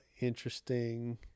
interesting